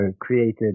created